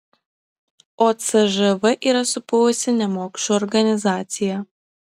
o cžv yra supuvusi nemokšų organizacija